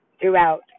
throughout